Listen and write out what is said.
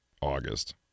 August